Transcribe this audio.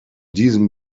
diesen